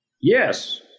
Yes